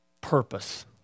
purpose